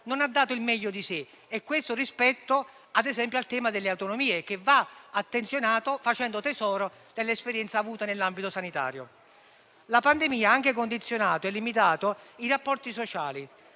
non ha dato il meglio di sé; questo rispetto, ad esempio, al tema delle autonomie, che va attenzionato facendo tesoro dell'esperienza avuta nell'ambito sanitario. La pandemia ha anche condizionato e limitato i rapporti sociali,